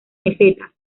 mesetas